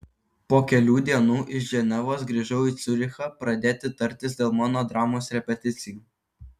po kelių dienų iš ženevos grįžau į ciurichą pradėti tartis dėl mano dramos repeticijų